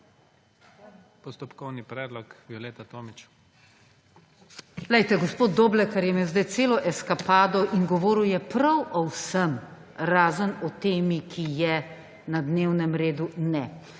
Postopkovni predlog, Violeta Tomić.